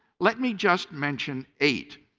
let me just mention eight.